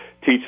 teach